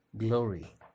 Glory